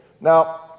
Now